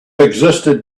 existed